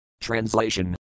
Translation